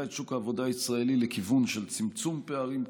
את שוק העבודה הישראלי לכיוון צמצום פערים כללי,